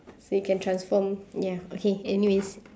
they can transform ya okay anyways